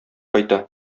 кайта